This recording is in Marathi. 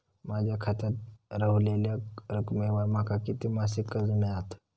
माझ्या खात्यात रव्हलेल्या रकमेवर माका किती मासिक कर्ज मिळात?